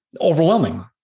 Overwhelming